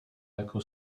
jako